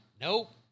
Nope